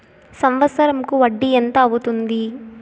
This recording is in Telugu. సంవత్సరం కు వడ్డీ ఎంత అవుతుంది?